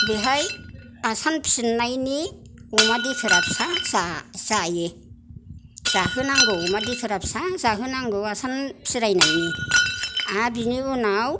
बेहाय आसान फिननायनि अमा देखुरा फिसा जा जायो जाहोनांगौ अमा देखुरा फिसा जाहोनांगौ आसान फिरायनायनि आरो बिनि उनाव